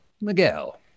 Miguel